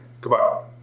goodbye